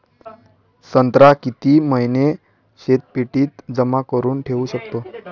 संत्रा किती महिने शीतपेटीत जमा करुन ठेऊ शकतो?